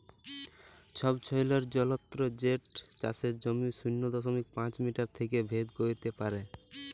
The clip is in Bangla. ছবছৈলর যলত্র যেট চাষের জমির শূন্য দশমিক পাঁচ মিটার থ্যাইকে ভেদ ক্যইরতে পারে